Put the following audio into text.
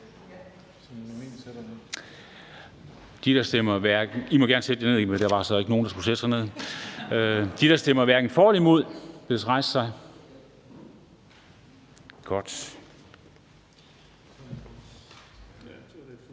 De, der stemmer hverken for eller imod lovforslaget,